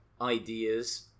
ideas